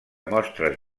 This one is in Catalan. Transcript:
mostres